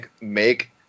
make